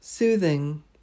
Soothing